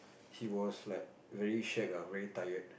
she was like very shag ah very tired